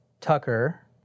Tucker